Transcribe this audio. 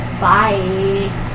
Bye